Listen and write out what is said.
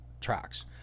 tracks